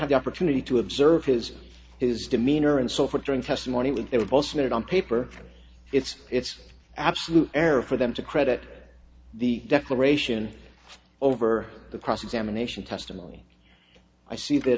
have the opportunity to observe his his demeanor and so forth during testimony when they were both made it on paper it's it's absolute error for them to credit the declaration over the cross examination testimony i see that